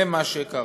זה מה שקרה.